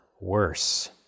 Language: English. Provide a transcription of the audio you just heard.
worse